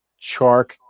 Chark